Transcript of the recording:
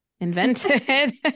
invented